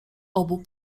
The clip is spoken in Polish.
obu